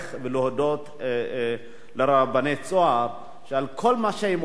ולהודות לרבני "צהר" על כל מה שהם עושים.